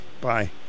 bye